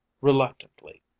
reluctantly